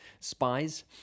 spies